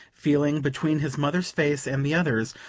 feeling, between his mother's face and the others,